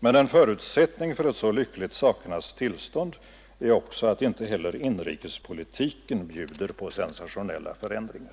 Men en förutsättning för ett så lyckligt sakernas tillstånd är också att inte heller inrikespolitiken bjuder på sensationella förändringar.